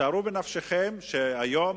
שערו בנפשכם שהיום,